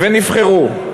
ונבחרו.